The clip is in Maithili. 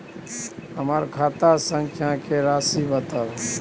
हमर खाता संख्या के राशि बताउ